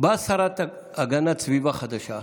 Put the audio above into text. באה שרה להגנת סביבה חדשה,